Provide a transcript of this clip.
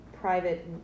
private